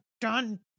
done